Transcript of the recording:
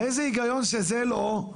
באיזה היגיון שזה לא,